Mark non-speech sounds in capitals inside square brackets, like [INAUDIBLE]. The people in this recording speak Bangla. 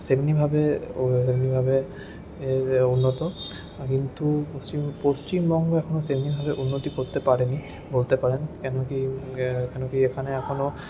সেমনিভাবে [UNINTELLIGIBLE] উন্নত কিন্তু পশ্চিমবঙ্গ এখনও সেমনিভাবে উন্নতি করতে পারেনি বলতে পারেন কেন কি কেন কি এখানে এখনও